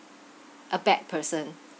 a bad person